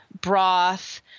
broth